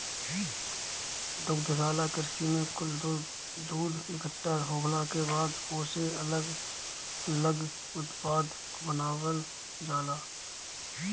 दुग्धशाला कृषि में कुल दूध इकट्ठा होखला के बाद ओसे अलग लग उत्पाद बनावल जाला